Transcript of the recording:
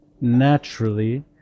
naturally